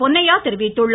பொன்னையா தெரிவித்துள்ளார்